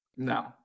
No